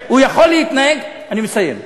שהוא יכול להתנהג, אני מסיים,